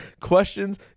questions